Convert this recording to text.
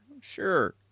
Sure